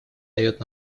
дает